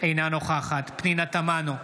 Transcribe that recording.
אינה נוכחת פנינה תמנו,